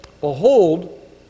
Behold